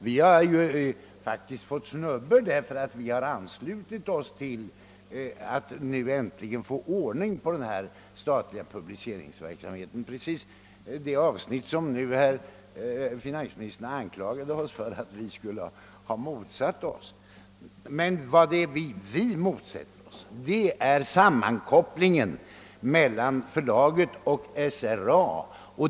Vi har faktiskt fått snubbor därför att vi anslutit oss till förslaget för att äntligen få ordning på den statliga publiceringsverksamheten — precis det avsnitt som finansministern anklagade oss för att ha motsatt oss. Vad vi tar avstånd ifrån är sammankopplingen mellan förlaget och SRA.